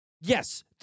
Yes